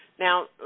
Now